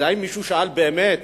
מישהו שאל באמת